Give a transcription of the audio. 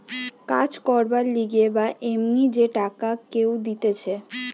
কাজ করবার লিগে বা এমনি যে টাকা কেউ দিতেছে